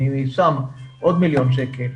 אני שם עוד מיליון שקל.